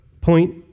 point